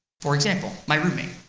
for example, my roommate.